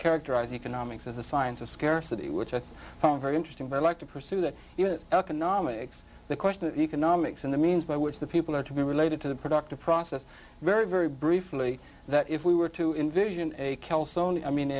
characterize economics as a science of scarcity which i found very interesting but i like to pursue that economics the question of economics and the means by which the people are to be related to the productive process very very briefly that if we were to envision a